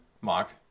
Mark